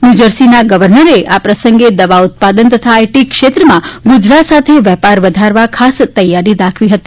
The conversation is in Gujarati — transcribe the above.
ન્યૂજર્સીના ગવર્નરે આ પ્રસંગે દવા ઉત્પાદન તથા આઇટી ક્ષેત્રમાં ગુજરાત સાથે વેપાર વધારવા ખાસ તૈયારી દાખવી હતી